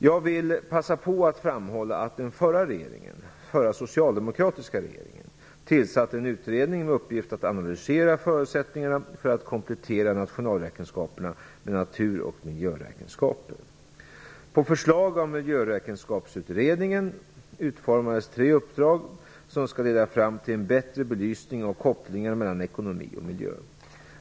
Jag vill passa på att framhålla att den förra socialdemokratiska regeringen tillsatte en utredning (SOU På förslag av Miljöräkenskapsutredningen utformades tre uppdrag som skall leda fram till en bättre belysning av kopplingarna mellan ekonomi och miljö.